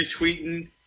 retweeting